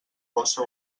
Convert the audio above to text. fossa